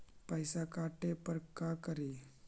पैसा काटे पर का करि?